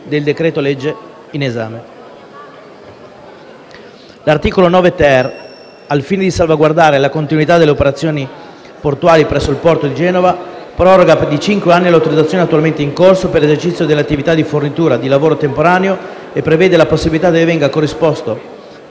del decreto-legge in esame. L’articolo 9-ter, al fine di salvaguardare la continuità delle operazioni portuali presso il porto di Genova, proroga di cinque anni l’autorizzazione attualmente in corso per l’esercizio dell’attività di fornitura di lavoro temporaneo e prevede la possibilità che venga corrisposto